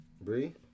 Bree